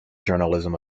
journalism